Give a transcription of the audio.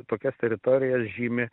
tokias teritorijas žymi